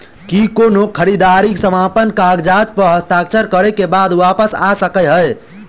की कोनो खरीददारी समापन कागजात प हस्ताक्षर करे केँ बाद वापस आ सकै है?